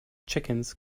chickens